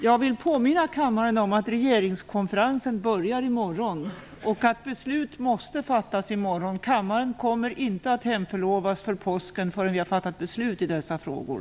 Jag vill påminna kammaren om att regeringskonferensen börjar i morgon och att beslut måste fattas i morgon. Kammaren kommer inte att hemförlovas till påskuppehållet förrän vi har fattat beslut i dessa frågor.